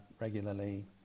regularly